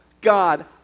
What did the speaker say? God